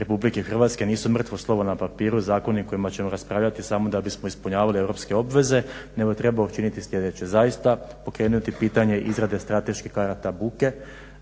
Republike Hrvatske nisu mrtvo slovo na papiru, zakoni o kojima ćemo raspravljati samo da bismo ispunjavali europske obveze nego treba učiniti sljedeće zaista pokrenuti pitanje izrade strateških karata buke,